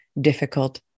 difficult